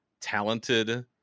talented